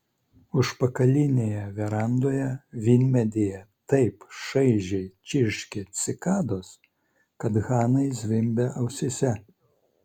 užpakalinėje verandoje vynmedyje taip šaižiai čirškė cikados kad hanai zvimbė ausyse